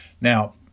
Now